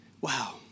Wow